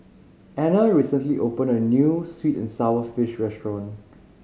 Anner recently opened a new sweet and sour fish restaurant